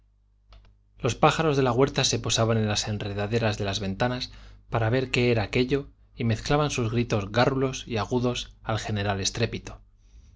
los pájaros de la huerta se posaban en las enredaderas de las ventanas para ver qué era aquello y mezclaban sus gritos gárrulos y agudos al general estrépito